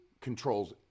controls